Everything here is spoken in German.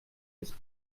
ist